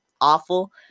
awful